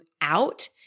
out